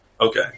Okay